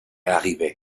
arrivé